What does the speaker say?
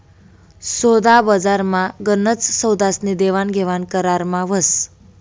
सोदाबजारमा गनच सौदास्नी देवाणघेवाण करारमा व्हस